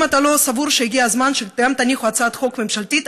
האם אתה לא סבור שהגיע הזמן שגם תניחו הצעת חוק ממשלתית?